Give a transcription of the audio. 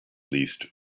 least